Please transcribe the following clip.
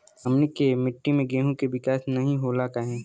हमनी के मिट्टी में गेहूँ के विकास नहीं होला काहे?